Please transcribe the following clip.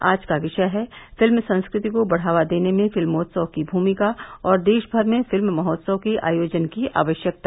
आज का विषय है फिल्म संस्कृति को बढ़ावा देने में फिल्मोत्सव की भूमिका और देश भर में फिल्म महोत्सव के आयोजन की आवश्यकता